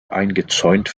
eingezäunt